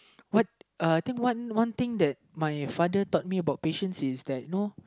what uh I think one one thing that my father thought me about patient is that you know